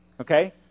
Okay